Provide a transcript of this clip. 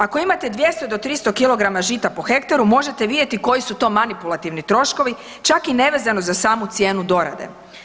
Ako imate 200 do 300 kg žita po hektaru možete vidjeti koji su to manipulativni troškovi čak i nevezano za samu cijenu dorade.